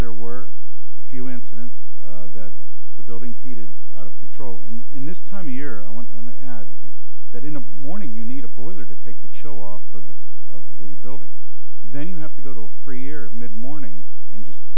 there were a few incidents that the building heated out of control and in this time of year i want and add that in the morning you need a boiler to take the chill off of the of the building then you have to go to a free year mid morning and just